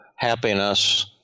happiness